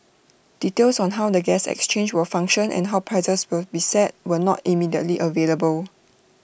details on how the gas exchange will function and how prices will be set were not immediately available